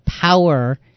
power